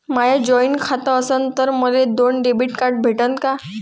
माय joint खातं असन तर मले दोन डेबिट कार्ड भेटन का?